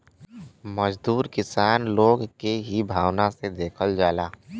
मजदूर किसान लोग के हीन भावना से देखल जाला